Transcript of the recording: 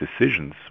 decisions